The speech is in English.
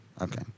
Okay